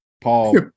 Paul